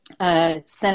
Senate